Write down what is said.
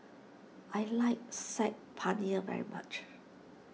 I like Saag Paneer very much